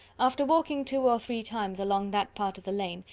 after walking two or three times along that part of the lane,